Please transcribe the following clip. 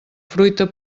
fruita